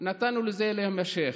נתנו לזה להימשך.